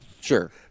Sure